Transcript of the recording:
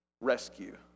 Rescue